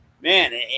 man